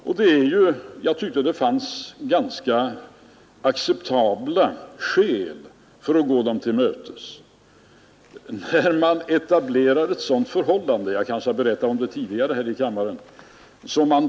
Jag tyckte att det fanns ganska acceptabla skäl för att gå dem till mötes, bl.a. ett etablerat förhållande. som jag kanske har berättat om tidigare här i kammaren.